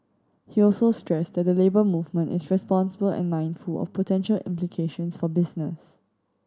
he also stressed that the Labour Movement is responsible and mindful of potential implications for business